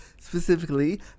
specifically